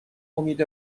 امید